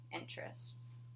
interests